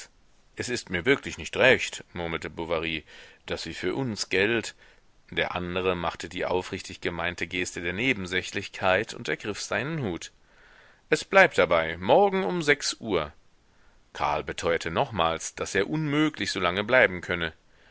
es ist mir wirklich nicht recht murmelte bovary daß sie für uns geld der andere machte die aufrichtig gemeinte geste der nebensächlichkeit und ergriff seinen hut es bleibt dabei morgen um sechs uhr karl beteuerte nochmals daß er unmöglich so lange bleiben könne